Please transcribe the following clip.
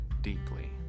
deeply